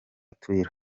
twitter